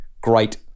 great